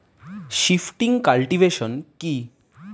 Shifting cultivation কি?